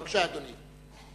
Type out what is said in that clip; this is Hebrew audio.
בבקשה, אדוני.